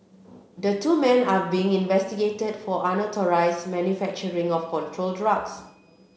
the two men are being investigated for unauthorised manufacturing of controlled drugs